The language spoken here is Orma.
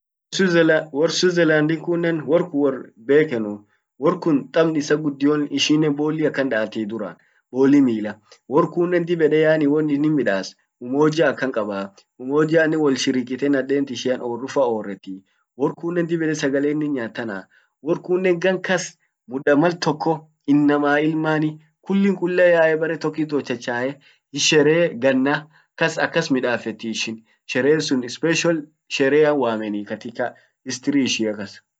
Switzerland, Wor Swirtzerland kunnen, wor kun won bekenuu. Wor kun tabn ishian guddion ishinen bolli akan daati duran, bolli mila. Wor kunnen dib ede wonin midasumoja akan kabaa. Umojannen wol shirikite nadent ishian orrufa orretii wor kunnen dib sagale inin nyaat tana. wor kunnen gan kas muda mal tokko, inamaa, ilmani, kullin kulla yae bare tokkit wol chachae, sherehe ganna kas akas midaffeti. sherehen sun special sherehean wamenii katika history ishia kas.